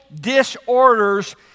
disorders